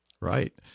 Right